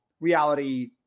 reality